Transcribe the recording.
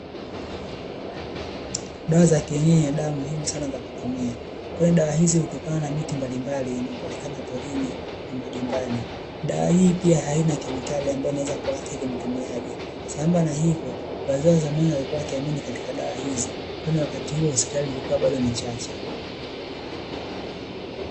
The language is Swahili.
Dawa za kienjeji ni dawa za muhimu sana kutumia kwani dawa hizi hutokana na miti mbalimbali inayopatikana porini na majumbani, dawa hii pia haina kemikali ambayo inaweza kuathiri mtuaji sambamba na hizo wazee wa zamani pia walikuwa wakiamini katika dawa hizo wakati huo hospitali zilikuwa bado nichache